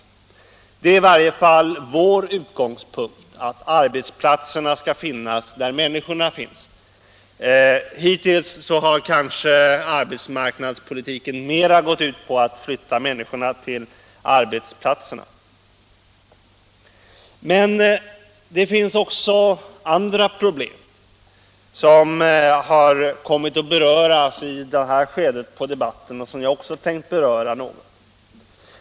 Detta är i varje fall vår utgångspunkt; hittills har kanske arbetsmarknadspolitiken mera gått ut på att flytta människorna till arbetsplatserna. Men även andra problem har kommit att tas upp i det här skedet av debatten, och jag har tänkt beröra dem något.